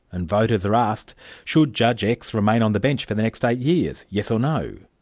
and voters are asked should judge x remain on the bench for the next eight years? yes, no.